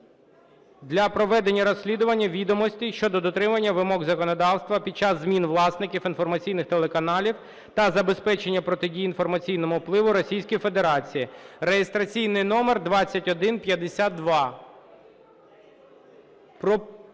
для проведення розслідування відомостей щодо дотримання вимог законодавства під час зміни власників інформаційних телеканалів та забезпечення протидії інформаційному впливу Російської Федерації (реєстраційний номер 2152).